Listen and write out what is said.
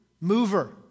Mover